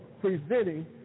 presenting